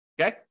Okay